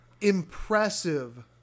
impressive